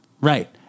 Right